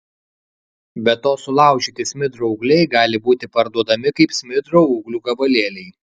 be to sulaužyti smidro ūgliai gali būti parduodami kaip smidro ūglių gabalėliai